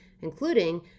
including